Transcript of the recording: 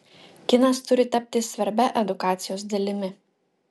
kinas turi tapti svarbia edukacijos dalimi